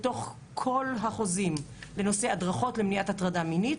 לאוניברסיטת תל-אביב בכל החוזים בנושא הדרכות למניעת הטרדה מינית